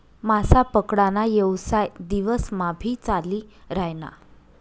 मासा पकडा ना येवसाय दिवस मा भी चाली रायना